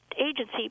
agency